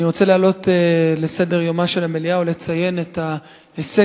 אני רוצה להעלות לסדר-יומה של המליאה ולציין את ההישג